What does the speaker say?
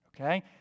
Okay